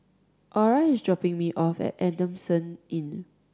Ora is dropping me off at Adamson Inn